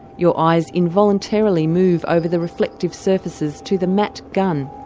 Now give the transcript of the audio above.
your eyes involuntarily move over the reflective surfaces to the matt gun,